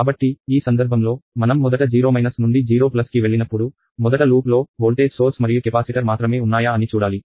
కాబట్టి ఈ సందర్భంలో మనం మొదట 0 నుండి 0 కి వెళ్ళినప్పుడు మొదట లూప్ లో వోల్టేజ్ సోర్స్ మరియు కెపాసిటర్ మాత్రమే ఉన్నాయా అని చూడాలి